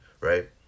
right